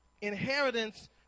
inheritance